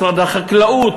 משרד החקלאות,